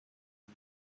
and